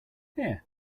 here